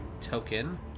token